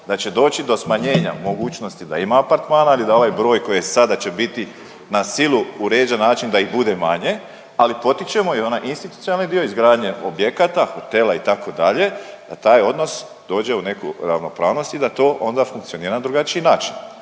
da će doći do smanjenja mogućnosti da ima apartmana ili da je ovaj broj koji sada će biti na silu uređen način da ih bude manje, ali potičemo i onaj institucionalni dio izgradnje objekata, hotela itd. da taj odnos dođe u neku ravnopravnost i da to onda funkcionira na drugačiji način.